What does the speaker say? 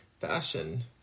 fashion